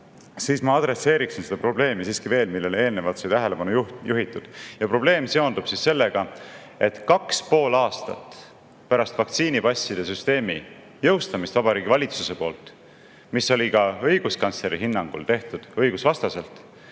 Ma adresseeriksin seda probleemi siiski veel, kuigi eelnevalt sai sellele juba tähelepanu juhitud. Probleem seondub siis sellega, et kaks ja pool aastat pärast vaktsiinipasside süsteemi jõustamist Vabariigi Valitsuse poolt, mis oli ka õiguskantsleri hinnangul tehtud õigusvastaselt,